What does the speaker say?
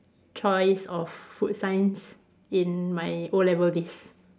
choice of food science in my O-level list